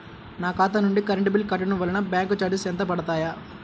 నా ఖాతా నుండి కరెంట్ బిల్ కట్టడం వలన బ్యాంకు చార్జెస్ ఎంత పడతాయా?